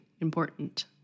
important